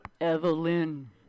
Evelyn